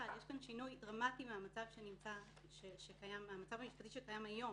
שיש שינוי דרמטי מהמצב המשפטי שקיים היום.